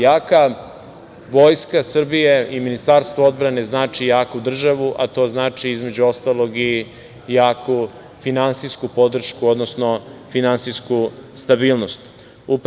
Jaka Vojska Srbije i Ministarstvo odbrane znači jaku državu, a to znači, između ostalog, i jaku finansijsku stabilnost.